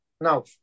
Now